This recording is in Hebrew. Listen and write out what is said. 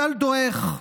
הגל דועך.